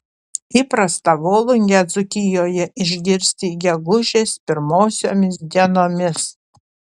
įprasta volungę dzūkijoje išgirsti gegužės pirmosiomis dienomis